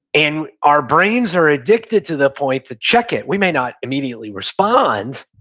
and our brains are addicted to the point to check it. we may not immediately respond,